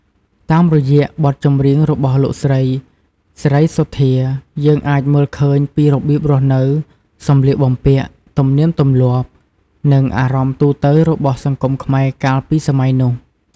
តាមរយៈបទចម្រៀងរបស់លោកស្រី សេរីសុទ្ធា យើងអាចមើលឃើញពីរបៀបរស់នៅ សម្លៀកបំពាក់ ទំនៀមទម្លាប់ និងអារម្មណ៍ទូទៅរបស់សង្គមខ្មែរកាលពីសម័យនោះ។